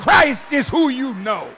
christ is who you know